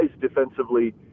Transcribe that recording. defensively